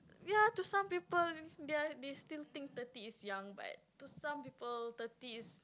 ya to some people they are they still think thirty is young but to some people thirty is